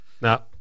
No